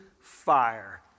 fire